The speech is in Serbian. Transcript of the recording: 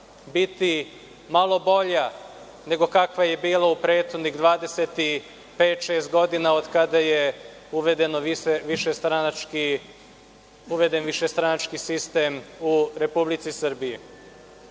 biti malo bolja nego kakva je bila u prethodnih 20 i pet-šest godina, kada je uveden višestranački sistem u Republici Srbiji.U